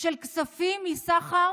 של כספים מסחר